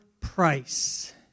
price